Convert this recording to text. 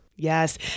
Yes